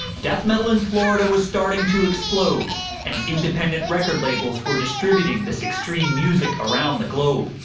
death metal in florida was starting to explode and independent record labels were distributing this extreme music around the globe,